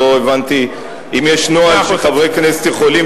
לא הבנתי אם יש נוהל שחברי כנסת יכולים